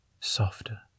Softer